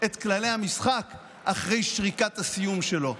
את כללי המשחק אחרי שריקת הסיום שלו.